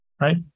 right